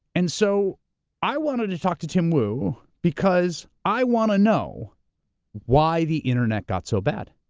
and so i wanted to talk to tim wu because i wanna know why the internet got so bad.